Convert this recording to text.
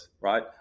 right